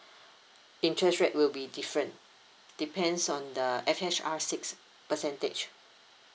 interest rate will be different depends on the F_H_R six percentage